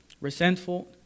resentful